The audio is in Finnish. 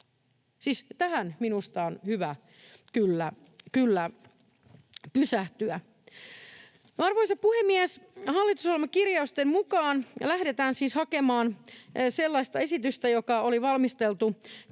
tähän minusta on hyvä kyllä pysähtyä. Arvoisa puhemies! Hallitusohjelmakirjausten mukaan lähdetään siis hakemaan sellaista esitystä, joka oli valmisteltu kolmikantaisesti,